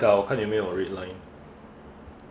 我看见没有 red line